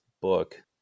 book